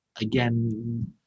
again